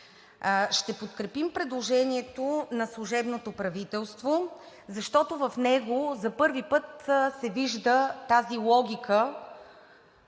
Ще подкрепим предложението на служебното правителство, защото в него за първи път се вижда тази логика,